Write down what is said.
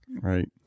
Right